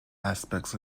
aspects